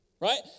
Right